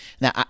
Now